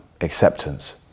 acceptance